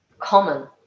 common